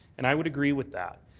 and i would agree with that.